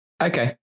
Okay